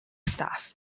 staff